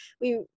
we-